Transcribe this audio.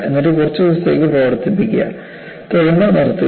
എന്നിട്ട് കുറച്ച് ദിവസത്തേക്ക് പ്രവർത്തിപ്പിക്കുക തുടർന്ന് നിർത്തുക